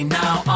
now